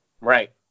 Right